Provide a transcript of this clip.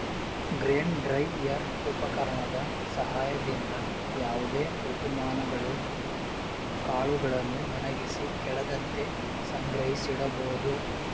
grain dryer ಉಪಕರಣದ ಸಹಾಯದಿಂದ ಯಾವುದೇ ಋತುಮಾನಗಳು ಕಾಳುಗಳನ್ನು ಒಣಗಿಸಿ ಕೆಡದಂತೆ ಸಂಗ್ರಹಿಸಿಡಬೋದು